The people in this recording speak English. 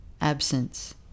Absence